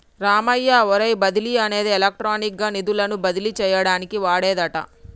Ramayya wire బదిలీ అనేది electronic గా నిధులను బదిలీ చేయటానికి వాడేదట